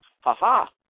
Ha-ha